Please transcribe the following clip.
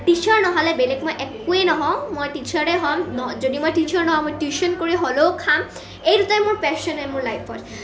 teacher নহ'লে বেলেগ মই একোৱেই নহওঁ মই টিছাৰেই হ'ম যদি মই টিছাৰ নহওঁ মই টিউচন কৰি হ'লেও খাম এই দুটাই মোৰ পেচন হয় মোৰ লাইফত